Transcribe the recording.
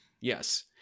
Yes